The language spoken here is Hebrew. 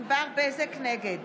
נגד